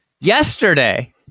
yesterday